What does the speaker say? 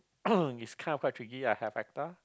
it's kind of quite tricky